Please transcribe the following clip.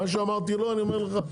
מה שאמרתי לו אני אומר לך,